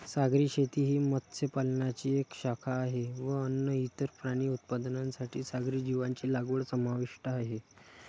सागरी शेती ही मत्स्य पालनाची एक शाखा आहे व अन्न, इतर प्राणी उत्पादनांसाठी सागरी जीवांची लागवड समाविष्ट आहे